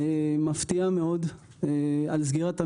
מפתיעה מאוד על סגירת המפעל.